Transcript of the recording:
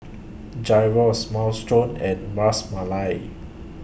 Gyros Minestrone and mars Malai